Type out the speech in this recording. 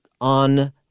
on